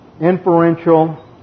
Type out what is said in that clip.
inferential